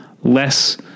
less